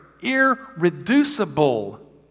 irreducible